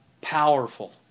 powerful